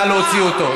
נא להוציא אותו.